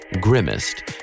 Grimmest